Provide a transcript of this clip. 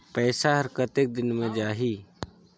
पइसा हर कतेक दिन मे जाही?